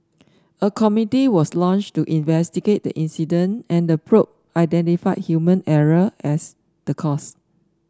a committee was launched to investigate the incident and the probe identified human error as the cause